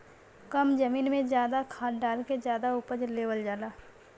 कम जमीन में जादा खाद डाल के जादा उपज लेवल जाला